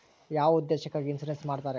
ಯಾವ ಉದ್ದೇಶಕ್ಕಾಗಿ ಇನ್ಸುರೆನ್ಸ್ ಮಾಡ್ತಾರೆ?